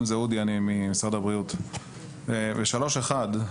בסעיף 3(1)